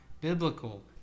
biblical